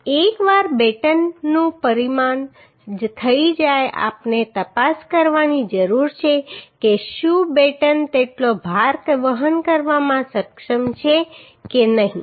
અને એકવાર બેટનનું પરિમાણ થઈ જાય આપણે તપાસ કરવાની જરૂર છે કે શું બેટન તેટલો ભાર વહન કરવામાં સક્ષમ છે કે નહીં